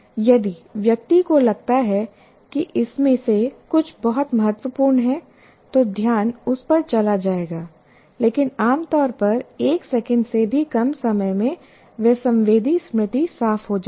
यदि व्यक्ति को लगता है कि इसमें से कुछ बहुत महत्वपूर्ण है तो ध्यान उस पर चला जाएगा लेकिन आमतौर पर एक सेकंड से भी कम समय में वह संवेदी स्मृति साफ हो जाती है